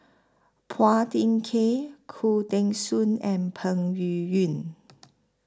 Phua Thin Kiay Khoo Teng Soon and Peng Yuyun